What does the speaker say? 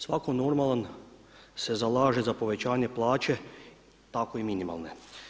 Svako normalan se zalaže za povećanje plaće tako i minimalne.